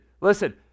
listen